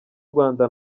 rwanda